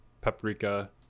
paprika